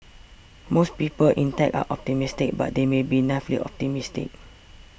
most people in tech are optimistic but they may be naively optimistic